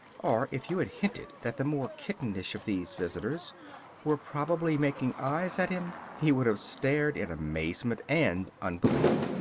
or if you had hinted that the more kittenish of these visitors were probably making eyes at him, he would have stared in amazement and unbelief.